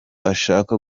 ashaka